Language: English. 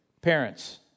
Parents